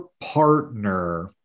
partner